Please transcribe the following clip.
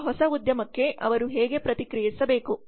ನಮ್ಮ ಹೊಸ ಉದ್ಯಮಕ್ಕೆ ಅವರು ಹೇಗೆ ಪ್ರತಿಕ್ರಿಯಿಸಬೇಕು